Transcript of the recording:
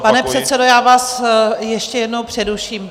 Pane předsedo, já vás ještě jednou přeruším.